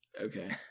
okay